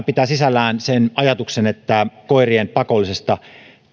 pitää sisällään myös sen ajatuksen että koirien pakollisesta